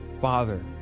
father